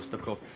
תודה, אדוני.